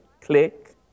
click